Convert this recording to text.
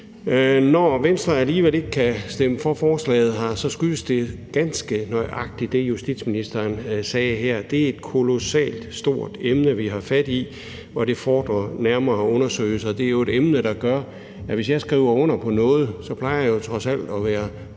Når Venstre alligevel ikke kan stemme for forslaget her, skyldes det ganske nøjagtig det, justitsministeren sagde her. Det er et kolossalt stort emne, vi har fat i, og det fordrer nærmere undersøgelser. Det er jo et emne, der gør, at hvis jeg skriver under på noget, plejer jeg jo trods alt at være bundet